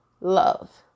love